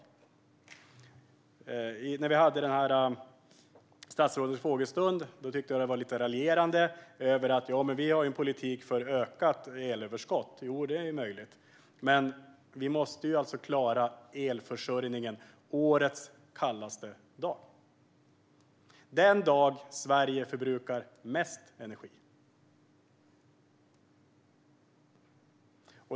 Under frågestunden tyckte jag att statsrådets svar var lite raljerande. Han verkade mena att regeringen har en politik för ökat elöverskott. Det är möjligt. Men vi måste klara elförsörjningen på årets kallaste dag - den dag då Sverige förbrukar mest energi.